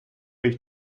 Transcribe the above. euch